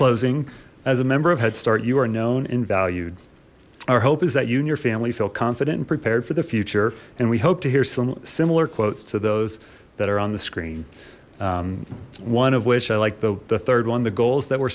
closing as a member of headstart you are known and valued our hope is that you and your family feel confident and prepared for the future and we hope to hear some similar quotes to those that are on the screen one of which i like the third one the goals that were